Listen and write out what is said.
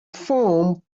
foam